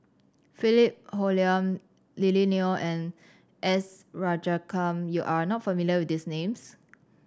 Philip Hoalim Lily Neo and S Rajaratnam you are not familiar with these names